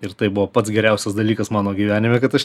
ir tai buvo pats geriausias dalykas mano gyvenime kad aš